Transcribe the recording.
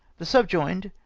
the sulyoined,